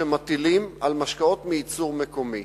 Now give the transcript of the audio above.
שמטילים על משקאות מייצור מקומי.